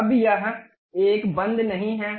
अब यह एक बंद नहीं है